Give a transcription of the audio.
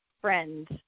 Friends